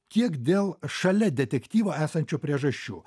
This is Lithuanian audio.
kiek dėl šalia detektyvo esančių priežasčių